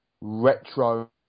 retro